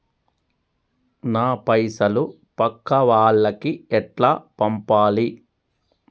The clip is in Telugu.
నా పైసలు పక్కా వాళ్లకి ఎట్లా పంపాలి?